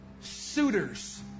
suitors